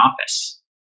office